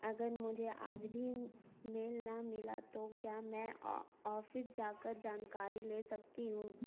اگر مجھے آج بھی میل نہ ملا تو کیا میں آفس جا کر جانکاری لے سکتی ہوں